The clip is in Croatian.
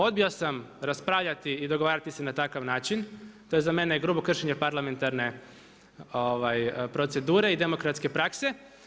Odbio sam raspravljati i dogovarati se na takav način, to je za mene grubo kršenje parlamentarne procedure i demokratske prakse.